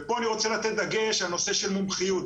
ופה אני רוצה לתת דגש על נושא של מומחיות.